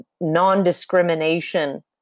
non-discrimination